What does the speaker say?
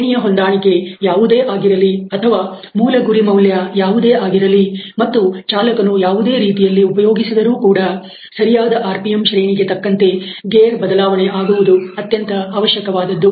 ಶ್ರೇಣಿಯ ಹೊಂದಾಣಿಕೆ ಯಾವುದೇ ಆಗಿರಲಿ ಅಥವಾ ಮೂಲ ಗುರಿ ಮೌಲ್ಯ ಯಾವುದೇ ಆಗಿರಲಿ ಮತ್ತು ಚಾಲಕನು ಯಾವುದೇ ರೀತಿಯಲ್ಲಿ ಉಪಯೋಗಿಸಿದರೂ ಕೂಡ ಸರಿಯಾದ ಆರ್ ಪಿ ಎಂ ಶ್ರೇಣಿಗೆ ತಕ್ಕಂತೆ ಗೇರ್ ಬದಲಾವಣೆ ಆಗುವುದು ಅತ್ಯಂತ ಅವಶ್ಯಕವಾದದ್ದು